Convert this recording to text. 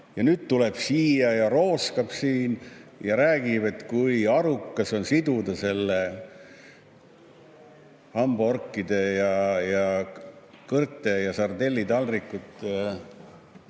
nüüd tuleb siia ja rooskab siin ja räägib, kui arukas on siduda see hambaorkide ja kõrte ja sardellitaldrikute